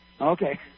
Okay